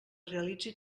realitzi